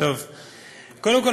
קודם כול,